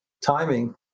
timing